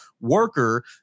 worker